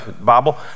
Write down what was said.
Bible